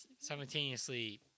simultaneously